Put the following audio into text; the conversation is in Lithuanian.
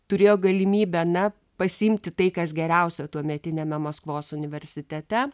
turėjo galimybę na pasiimti tai kas geriausia tuometiniame maskvos universitete